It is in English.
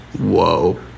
Whoa